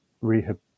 rehab